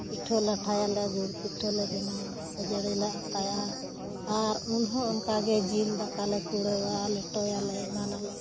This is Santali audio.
ᱯᱤᱴᱷᱟᱹ ᱞᱟᱴᱷᱟᱭᱟᱞᱮ ᱜᱩᱲ ᱯᱤᱴᱷᱟᱹᱞᱮ ᱵᱮᱱᱟᱣᱟ ᱠᱷᱟᱹᱡᱟᱹᱲᱤᱞᱮ ᱟᱛᱟᱭᱟ ᱟᱨ ᱩᱱᱦᱚᱸ ᱚᱱᱠᱟᱜᱮ ᱡᱤᱞ ᱫᱟᱠᱟᱞᱮ ᱠᱩᱲᱟᱹᱣᱟ ᱞᱮᱴᱚᱭᱟᱞᱮ ᱮᱢᱟᱱᱟᱞᱮ